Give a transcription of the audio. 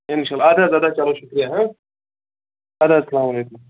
انشاءاللہ اَدٕ حظ اَدٕ حظ چلو شُکریہ ہا اَدٕ حظ اسلام علیکُم